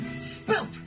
spilt